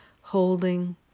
holding